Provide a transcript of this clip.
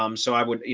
um so i wouldn't, you